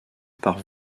par